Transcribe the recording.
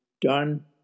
done